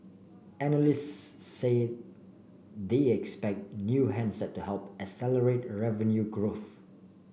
analysts say they expect new handset to help accelerate revenue growth